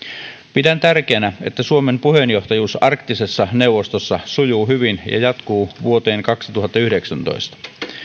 pidän tärkeänä että suomen puheenjohtajuus arktisessa neuvostossa sujuu hyvin ja jatkuu vuoteen kaksituhattayhdeksäntoista